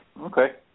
Okay